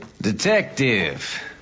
Detective